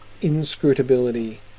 inscrutability